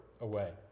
away